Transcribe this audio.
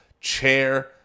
chair